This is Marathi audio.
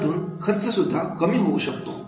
यामधून खर्च सुद्धा कमी होऊ शकतो